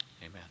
Amen